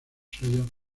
sellos